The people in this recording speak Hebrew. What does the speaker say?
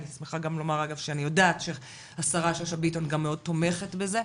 אני שמחה גם לומר שהשרה שאשא- ביטון גם מאוד תומכת בזה,